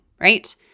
right